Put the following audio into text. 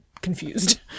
confused